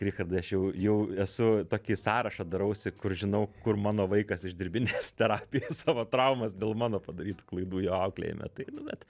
richardai aš jau jau esu tokį sąrašą darausi kur žinau kur mano vaikas išdirbinės terapijas savo traumas dėl mano padarytų klaidų jo auklėjime tai nu bet